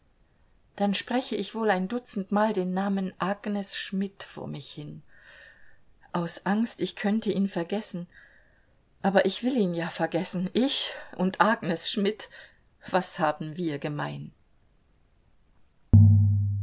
dann spreche ich wohl ein dutzend mal den namen agnes schmidt vor mich hin aus angst ich könnte ihn vergessen aber ich will ihn ja vergessen ich und agnes schmidt was haben wir gemein